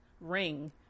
ring